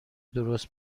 درست